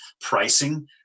pricing